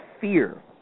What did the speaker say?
fear